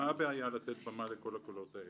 מה הבעיה לתת במה לכל הקולות האלה?